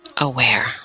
aware